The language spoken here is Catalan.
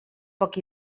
poc